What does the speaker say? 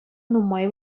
нумай